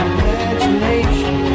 Imagination